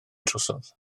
drosodd